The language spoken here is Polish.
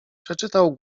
przeczytał